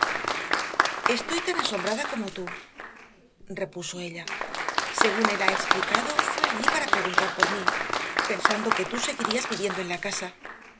estoy tan asombrada como tú repuso ella según él ha explicado fue allí para preguntar por mí pensando que tú seguirías viviendo en la casa